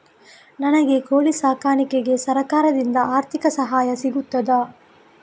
ನನಗೆ ಕೋಳಿ ಸಾಕಾಣಿಕೆಗೆ ಸರಕಾರದಿಂದ ಆರ್ಥಿಕ ಸಹಾಯ ಸಿಗುತ್ತದಾ?